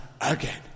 again